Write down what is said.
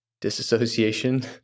disassociation